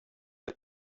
que